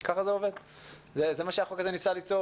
זה לא לגמרי